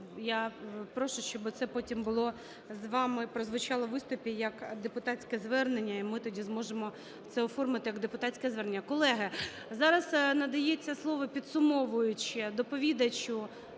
я прошу, щоби це потім було з вами, прозвучало у виступі як депутатське звернення. І ми тоді зможемо це оформити як депутатське звернення. Колеги, зараз надається слово підсумовуюче доповідачу